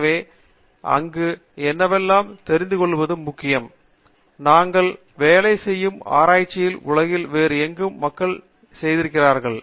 எனவே அங்கு என்னவெல்லாம் தெரிந்துகொள்வது முக்கியம் நாங்கள் வேலை செய்யும் ஆராய்ச்சியில் உலகில் வேறு எங்கு மக்கள் செய்திருக்கிறார்கள்